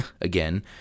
again